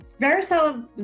Varicella